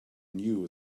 knew